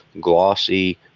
glossy